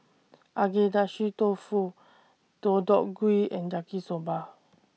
Agedashi Dofu Deodeok Gui and Yaki Soba